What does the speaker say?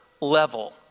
level